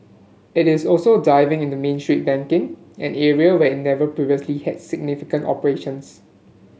it is also diving into Main Street banking an area where it never previously had significant operations